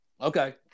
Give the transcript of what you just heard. Okay